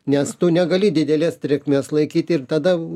nes tu negali didelės drėgmės laikyti ir tada